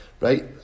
right